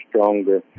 stronger